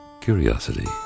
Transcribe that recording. Curiosity